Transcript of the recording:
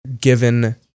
given